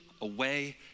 away